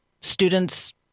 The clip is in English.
students